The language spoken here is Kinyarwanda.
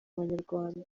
banyarwanda